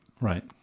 Right